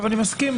אני מסכים,